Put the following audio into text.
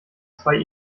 zwei